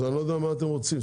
אז אני לא יודע מה אתם רוצים.